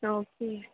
okay